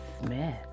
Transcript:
Smith